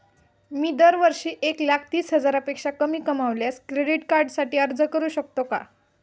मी दरवर्षी एक लाख तीस हजारापेक्षा कमी कमावल्यास क्रेडिट कार्डसाठी अर्ज करू शकतो का?